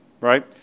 right